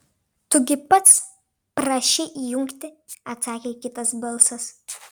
tu gi pats prašei įjungti atsakė kitas balsas